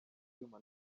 ibyuma